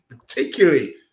particularly